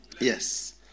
Yes